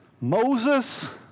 Moses